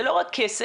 זה לא רק כסף,